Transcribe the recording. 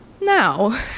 Now